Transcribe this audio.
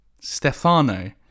Stefano